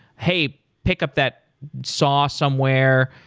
hey, pickup that saw somewhere.